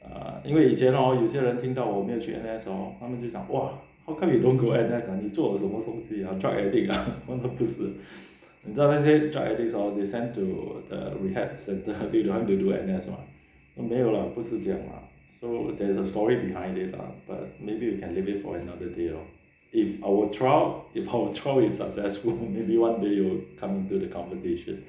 err 因为以前 hor 有些人听到我没有去 N_S hor 他们就讲 !whoa! how come you don't go N_S ah 你做了这么东西啊 drug addict ah 我说不是你知道那些 drug addicts hor they send to the rehab centre they don't want to do N_S mah 没有啦不是这样啦 so there is a story behind it lah but maybe we can leave it for another day lor if our trial if our trial is successful maybe one day we will come into the conversation